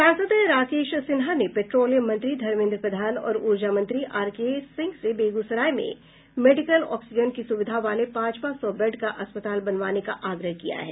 सांसद राकेश सिन्हा ने पेट्रोलियम मंत्री धर्मेन्द्र प्रधान और ऊर्जा मंत्री आरके सिंह से बेगूसराय में मेडिकल ऑक्सीजन की सुविधा वाले पांच पांच सौ बेड का अस्पताल बनवाने का आग्रह किया है